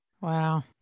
Wow